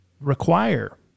require